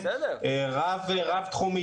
רב-תחומית.